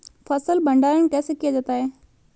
फ़सल भंडारण कैसे किया जाता है?